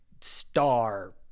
Star